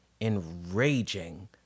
enraging